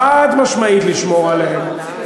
חד-משמעית לשמור עליהם.